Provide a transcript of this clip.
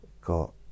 got